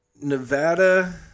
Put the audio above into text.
nevada